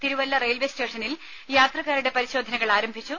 Thiruvalla railway സ്റ്റേഷനിൽ യാത്രക്കാരുടെ പരിശോധനകൾ ആരംഭിച്ചു